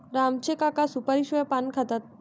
राम चे काका सुपारीशिवाय पान खातात